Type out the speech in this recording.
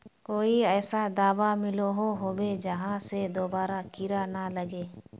कोई ऐसा दाबा मिलोहो होबे जहा से दोबारा कीड़ा ना लागे?